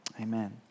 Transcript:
amen